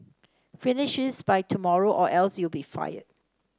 finish this by tomorrow or else you'll be fired